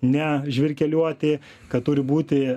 ne žvirkeliuoti kad turi būti